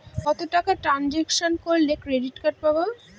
কত টাকা ট্রানজেকশন করলে ক্রেডিট কার্ড পাবো?